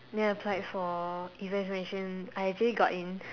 then applied for events management I actually got in